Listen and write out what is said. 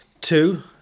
two